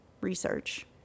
research